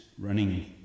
running